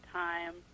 time